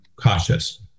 cautious